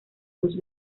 dos